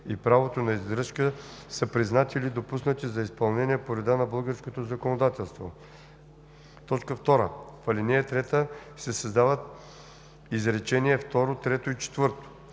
и правото на издръжка, са признати или допуснати за изпълнение по реда на българското законодателство;“. 2. В ал. 3 се създават изречения второ,